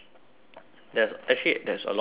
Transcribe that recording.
there's actually there's a lot of food there